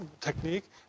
technique